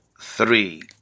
three